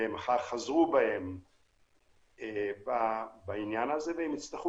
אחר כך הם חזרו בהם בעניין הזה והם יצטרכו